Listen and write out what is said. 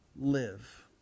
Live